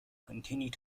continued